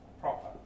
proper